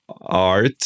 art